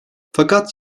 fakat